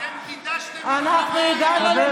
אתם קידשתם,